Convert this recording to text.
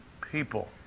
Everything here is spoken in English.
people